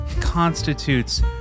constitutes